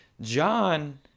John